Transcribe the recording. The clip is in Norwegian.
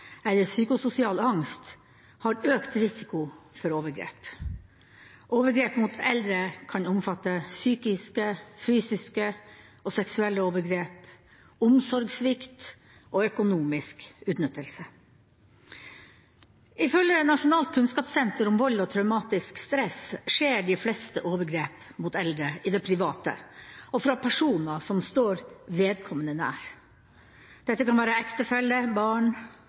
eller psykososial angst har økt risiko for overgrep. Overgrep mot eldre kan omfatte psykiske, fysiske og seksuelle overgrep, omsorgssvikt og økonomisk utnyttelse. Ifølge Nasjonalt kunnskapssenter om vold og traumatisk stress skjer de fleste overgrep mot eldre i det private og fra personer som står vedkommende nær. Dette kan være ektefelle, barn,